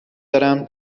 دارم